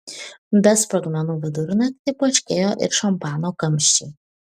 be sprogmenų vidurnaktį poškėjo ir šampano kamščiai